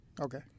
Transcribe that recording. Okay